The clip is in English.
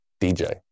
DJ